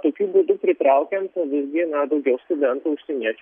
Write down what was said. toku būdu pritraukiant visgi na daugiau studentų užsieniečių